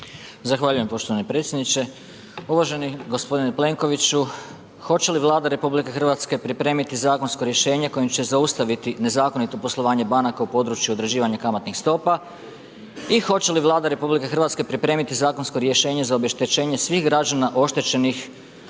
Zahvaljujem poštovani predsjedniče. Uvaženi gospodine Plenkoviću, hoće li Vlada RH, pripremiti zakonsko rješenje kojim će zaustaviti nezakonito poslovanje banka u području određivanja kamatnih stopa i hoće li Vlada RH pripremiti zakonsko rješenje za obeštećenje svih građana oštećenih